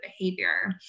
behavior